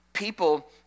people